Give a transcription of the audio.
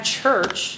church